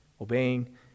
obeying